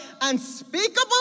unspeakable